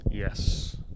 Yes